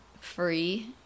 free